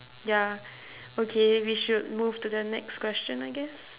ya okay we should move to the next question I guess